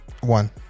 One